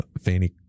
fanny